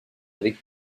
avec